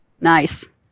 Nice